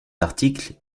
articles